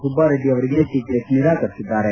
ಸುಬ್ಬಾರೆಡ್ಡಿ ಅವರಿಗೆ ಟಕೆಟ್ ನಿರಾಕರಿಸಿದ್ದಾರೆ